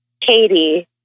Katie